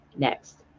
next